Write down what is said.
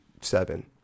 seven